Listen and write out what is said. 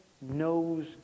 knows